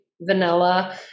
vanilla